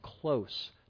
close